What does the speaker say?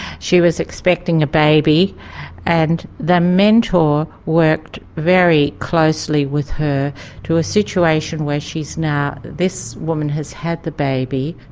she was expecting a baby and the mentor worked very closely with her to a situation where she's now. this woman has had the baby,